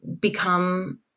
become